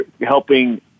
helping